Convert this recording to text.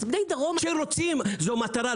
אז בני דרום --- כשרוצים זו מטרה.